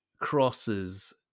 crosses